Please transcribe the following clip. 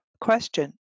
question